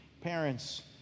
Parents